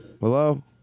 Hello